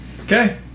Okay